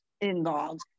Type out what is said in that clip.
involved